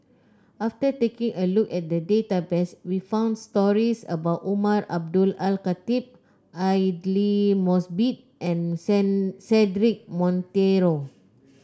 after taking a look at the database we found stories about Umar Abdullah Al Khatib Aidli Mosbit and Cedric Monteiro